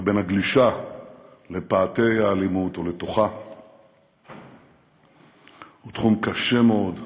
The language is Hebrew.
לבין הגלישה לפאתי האלימות או לתוכה הוא תחום קשה מאוד להגדרה,